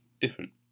different